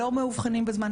לא מאובחנים בזמן,